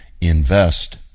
Invest